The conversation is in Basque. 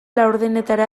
laurdenetara